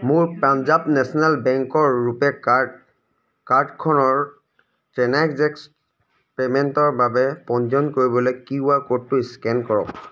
মোৰ পাঞ্জাব নেচনেল বেংকৰ ৰুপে কাৰ্ড কাৰ্ডখনৰ ট'কেনাইজ্ড পে'মেণ্টৰ বাবে পঞ্জীয়ন কৰিবলৈ কিউ আৰ ক'ডটো স্কেন কৰক